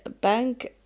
bank